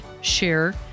share